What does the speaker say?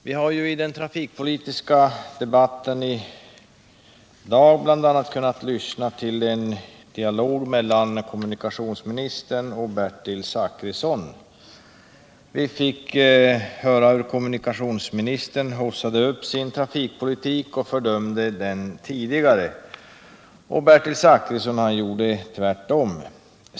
Herr talman! Vi har i den trafikpolitiska debatten i dag kunnat lyssna till en dialog mellan kommunikationsministern och Bertil Zachrisson. Vi fick höra hur kommunikationsministern haussade upp sin trafikpolitik och fördömde den tidigare. Bertil Zachrisson gjorde tvärtom.